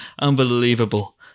Unbelievable